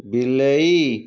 ବିଲେଇ